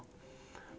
-EMPTY-、